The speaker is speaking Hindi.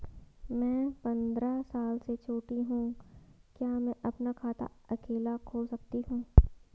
मैं पंद्रह साल से छोटी हूँ क्या मैं अपना खाता अकेला खोल सकती हूँ?